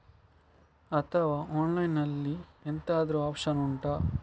ಅಥವಾ ಆನ್ಲೈನ್ ಅಲ್ಲಿ ಎಂತಾದ್ರೂ ಒಪ್ಶನ್ ಉಂಟಾ